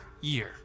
year